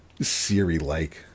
siri-like